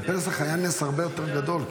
בפסח היה נס הרבה יותר גדול,